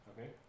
Okay